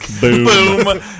boom